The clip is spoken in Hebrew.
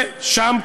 ושם,